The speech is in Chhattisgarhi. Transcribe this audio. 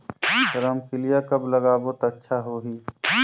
रमकेलिया कब लगाबो ता अच्छा होही?